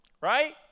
right